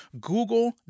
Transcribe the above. Google